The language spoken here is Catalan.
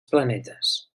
planetes